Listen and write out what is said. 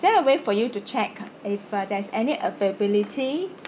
there a way for you to check if uh there's any availability